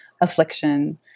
affliction